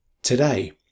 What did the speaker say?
Today